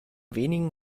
wenigen